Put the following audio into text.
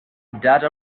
data